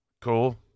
Cool